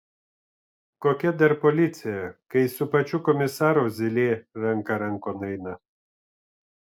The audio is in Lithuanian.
kokia dar policija kai su pačiu komisaru zylė ranka rankon eina